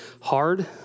hard